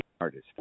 artist